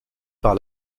par